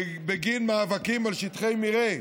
בגין מאבקים על שטחי מרעה.